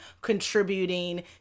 contributing